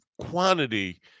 quantity